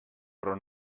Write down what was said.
però